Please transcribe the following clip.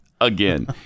Again